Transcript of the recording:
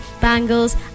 bangles